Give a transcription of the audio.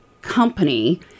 company